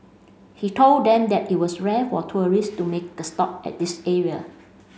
he told them that it was rare for tourists to make a stop at this area